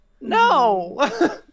No